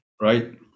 right